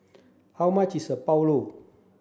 how much is Pulao